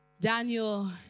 Daniel